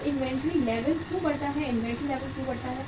अब inventory level क्यों बढ़ता है इन्वेंट्री लेवल क्यों बढ़ता है